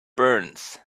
burns